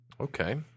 Okay